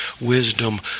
wisdom